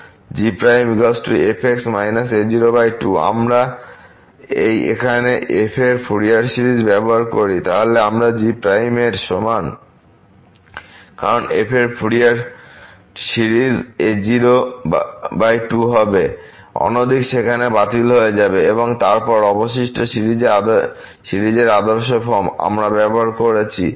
আমরা এই এখানে f এর ফুরিয়ার সিরিজ ব্যবহার করিতাহলে আমরা g এর সমান কারণ f এর ফুরিয়ার সিরিজ a02 হবে অনধিক সেখানে বাতিল হয়ে যাবে এবং তারপর অবশিষ্ট সিরিজের আদর্শ ফর্ম আমরা ব্যবহার করেছি